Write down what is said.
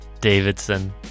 Davidson